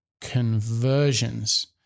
conversions